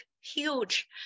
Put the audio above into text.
huge